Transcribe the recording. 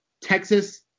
Texas